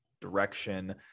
direction